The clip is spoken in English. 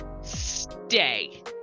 stay